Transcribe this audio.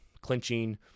clinching